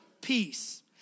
peace